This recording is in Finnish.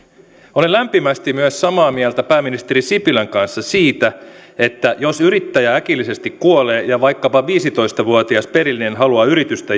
olen lämpimästi samaa mieltä myös pääministeri sipilän kanssa siitä että jos yrittäjä äkillisesti kuolee ja vaikkapa viisitoista vuotias perillinen haluaa yritystä